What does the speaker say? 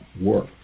work